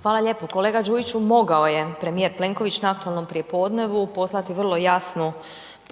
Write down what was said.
Hvala lijepo. Kolega Đujiću, mogao je premijer Plenković na aktualnom prijepodnevu poslati vrlo jasnu